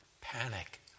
Panic